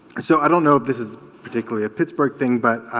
and so i don't know if this is particularly a pittsburgh thing but